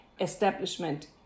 establishment